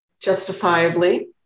justifiably